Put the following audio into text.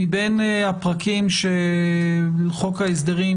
מבין הפרקים של חוק ההסדרים,